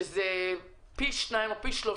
וזה פי 2, או אפילו פי 3,